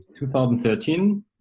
2013